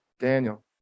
Daniel